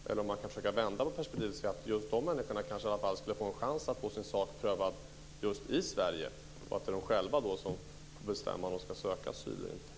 Eller kan man försöka vända perspektivet och säga att just de människorna kanske i alla fall skulle få en chans att få sin sak prövad just i Sverige och att det är de själva som får bestämma om de ska söka asyl eller inte?